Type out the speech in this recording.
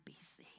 BC